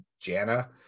Jana